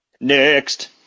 Next